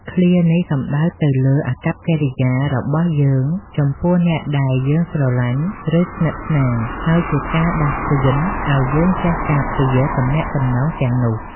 ឃ្លានេះសំដៅទៅលើអាកប្បកិរិយារបស់យើងចំពោះអ្នកដែលយើងស្រឡាញ់ ឬស្និទ្ធស្នាល ហើយជាការដាស់តឿនឲ្យយើងចេះការពារទំនាក់ទំនងទាំងនោះ។